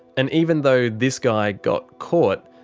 and even though this guy got caught,